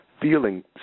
feeling